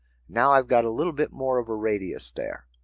now i've got a little bit more of a radius there.